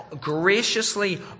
graciously